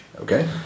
Okay